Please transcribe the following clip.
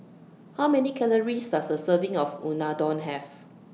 How Many Calories Does A Serving of Unadon Have